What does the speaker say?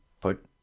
put